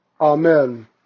Amen